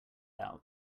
out